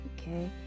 okay